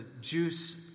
juice